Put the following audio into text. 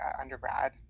undergrad